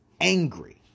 angry